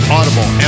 Audible